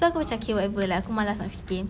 so aku macam okay whatever lah aku malas nak fikir